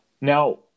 Now